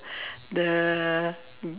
the